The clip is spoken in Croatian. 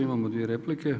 Imamo dvije replike.